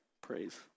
praise